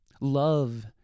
Love